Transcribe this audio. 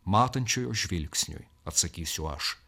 matančiųjų žvilgsniui atsakysiu aš